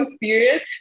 period